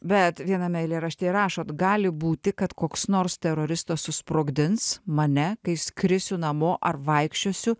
bet viename eilėraštyje rašot gali būti kad koks nors teroristas susprogdins mane kai skrisiu namo ar vaikščiosiu